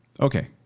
Okay